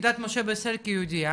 כדת משה בישראל כיהודייה